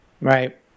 Right